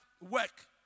work